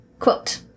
Quote